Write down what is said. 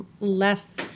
less